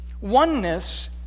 Oneness